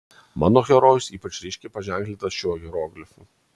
mano herojus ypač ryškiai paženklintas šiuo hieroglifu